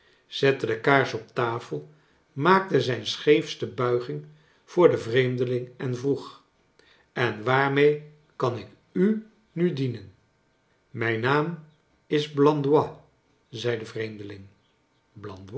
zette de kaars op tafel maakte zijn scheefste bulging voor den vreemdeling en vroeg j en waarmee kan ik u nu dienen mijn naam is blandois zei de vreemdeling